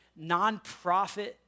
nonprofit